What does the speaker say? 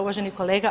Uvaženi kolega.